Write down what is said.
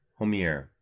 Homier